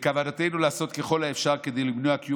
בכוונתנו לעשות ככל האפשר כדי למנוע קיום